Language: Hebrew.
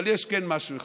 אבל יש משהו אחד: